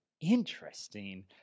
interesting